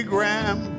Graham